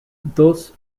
thus